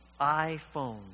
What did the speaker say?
iPhone